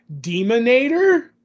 demonator